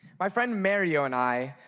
my friend mario and i,